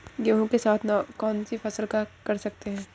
गेहूँ के साथ कौनसी फसल कर सकते हैं?